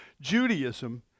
Judaism